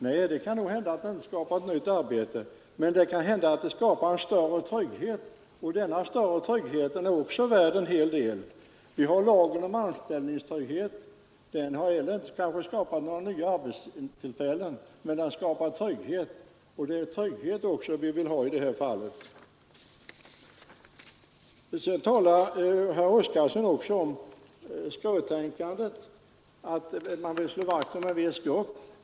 Nej, det kan nog hända att den inte skapar nytt arbete, men det kan hända att den skapar större trygghet, och den större tryggheten är också värd en hel del. Vi har lagen om anställningstrygghet. Den har kanske inte heller skapat några nya arbetstillfällen, men den skapar trygghet, och det är också trygghet vi vill ha i det här fallet. Sedan talar herr Oskarson om skråtänkande — att man vill slå vakt om en viss grupp.